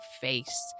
face